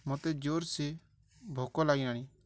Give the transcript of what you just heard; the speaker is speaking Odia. ମୋତେ ଜୋର୍ସେ ଭୋକ ଲାଗିଲାଣି